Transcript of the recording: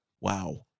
wow